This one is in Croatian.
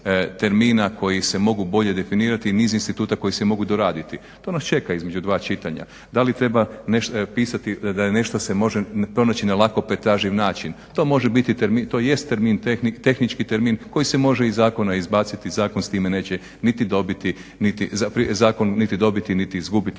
termina koji se mogu bolje definirati, niz instituta koji se mogu doraditi, to nas čeka između dva čitanja, da li treba pisati da je nešto se može pronaći na lako pretraživ način, to može biti, to jest termin, tehnički termin koji se može iz zakona izbaciti i zakon s time neće niti dobiti, niti izgubiti, no čini